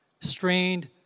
strained